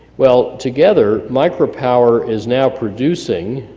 well, together, micro power is now producing